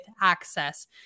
access